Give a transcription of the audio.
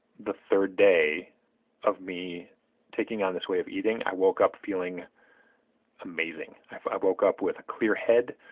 the third day of me taking on this way of eating, i woke up feeling amazing. i woke up with a clear head,